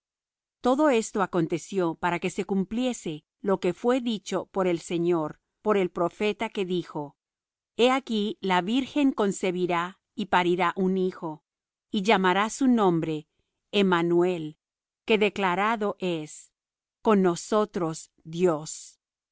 todo esto aconteció para que se cumpliese lo que fué dicho por el señor por el profeta que dijo he aquí la virgen concebirá y parirá un hijo y llamarás su nombre emmanuel que declarado es con nosotros dios